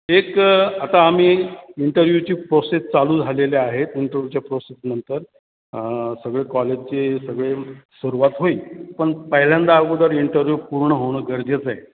एक आता आम्ही इंटरव्ह्यूची प्रोसेस चालू झालेले आहेत इंटरव्ह्यूच्या प्रोसेसनंतर सगळे कॉलेजचे सगळे सुरुवात होईल पण पहिल्यांदा अगोदर इंटरव्ह्यू पूर्ण होणं गरजेचं आहे